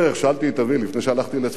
שאלתי את אבי לפני שהלכתי לצפת,